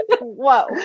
Whoa